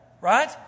right